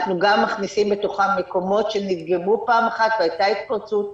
אנחנו גם מכניסים בתוכם מקומות שנדגמו פעם אחת והייתה התפרצות,